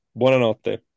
buonanotte